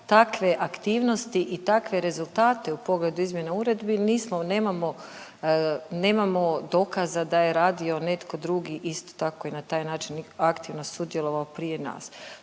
takve aktivnosti i takve rezultate u pogledu izmjena uredbi nismo, nemamo, nemamo dokaza da je radio netko drugi isto tako i na taj način aktivno sudjelovao prije nas.